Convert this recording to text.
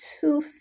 two